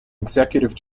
executive